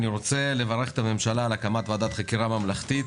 אני רוצה לברך את הממשלה על הקמת ועדת חקירה ממלכתית,